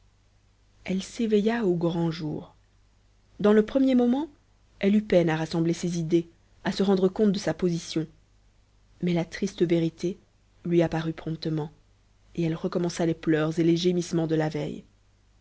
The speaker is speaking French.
elle s'éveilla au grand jour dans le premier moment elle eut peine à rassembler ses idées à se rendre compte de sa position mais la triste vérité lui apparut promptement et elle recommença les pleurs et les gémissements de la veille